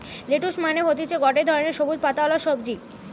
lettuce মানে হতিছে গটে ধরণের সবুজ পাতাওয়ালা সবজি